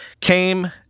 came